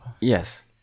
Yes